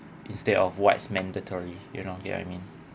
instead of what's mandatory you know you get what I mean